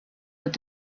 with